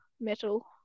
metal